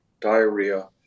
diarrhea